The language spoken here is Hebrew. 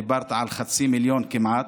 דיברת על חצי מיליון כמעט.